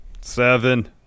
Seven